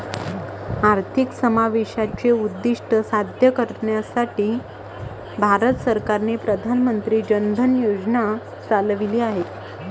आर्थिक समावेशाचे उद्दीष्ट साध्य करण्यासाठी भारत सरकारने प्रधान मंत्री जन धन योजना चालविली आहेत